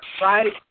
right